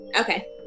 Okay